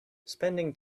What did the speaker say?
spending